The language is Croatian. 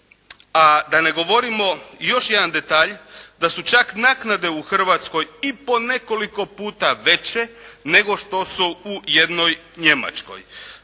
a da ne govorim još jedan detalj da su čak i naknade u Hrvatskoj i po nekoliko puta veće nego što su u jednoj Njemačkoj.